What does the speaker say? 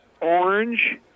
orange